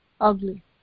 ugly